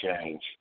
change